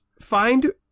find